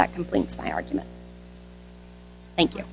that completes my argument thank you